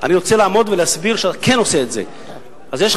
אני רוצה לעמוד ולהסביר שאתה כן עושה את זה.